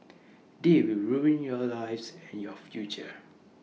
they will ruin your lives and your future